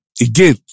again